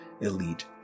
elite